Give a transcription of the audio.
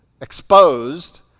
exposed